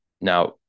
now